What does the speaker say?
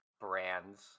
brands